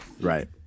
Right